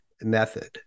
method